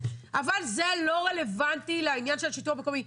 אבל זה לא רלוונטי לעניין של השיטור המקומי.